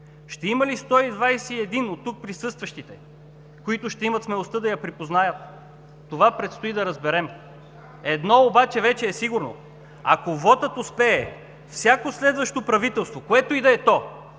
Ще има ли 121 от тук присъстващите, които ще имат смелостта да я припознаят? Това предстои да разберем. Едно обаче вече е сигурно: ако вотът успее, всяко следващо правителство, което и да е то,